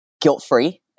guilt-free